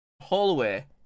hallway